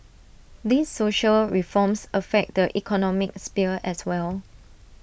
these social reforms affect the economic sphere as well